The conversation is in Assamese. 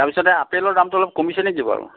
তাৰ পিছত এই আপেলৰ দামটো অলপ কমিছে নেকি বাৰু